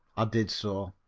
did so.